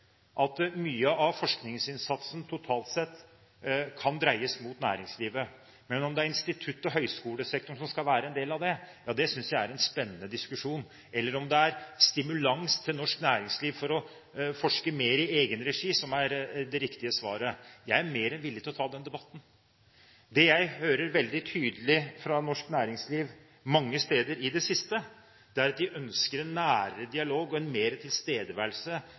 kan dreies mot næringslivet. Men om det er institutt- og høyskolesektoren som skal være en del av det, synes jeg er en spennende diskusjon, eller om det er stimulans til norsk næringsliv for å forske mer i egen regi som er det riktige svaret. Jeg er mer enn villig til å ta den debatten. Det jeg har hørt veldig tydelig fra norsk næringsliv mange ganger i det siste, er at de ønsker en nærere dialog og mer tilstedeværelse